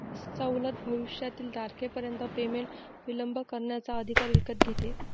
सवलत भविष्यातील तारखेपर्यंत पेमेंट विलंब करण्याचा अधिकार विकत घेते